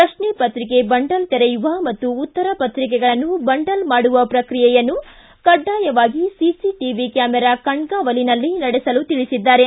ಪ್ರಶ್ನೆ ಪತ್ರಿಕೆ ಬಂಡಲ್ ತೆರೆಯುವ ಮತ್ತು ಉತ್ತರ ಪತ್ರಿಕೆಗಳನ್ನು ಬಂಡಲ್ ಮಾಡುವ ಪ್ರಕ್ರಿಯೆಯನ್ನು ಕಡ್ಡಾಯವಾಗಿ ಸಿಸಿಟಿವಿ ಕ್ಯಾಮೆರಾ ಕಣ್ಗಾವಲಿನಲ್ಲೇ ನಡೆಸಲು ತಿಳಿಸಿದ್ದಾರೆ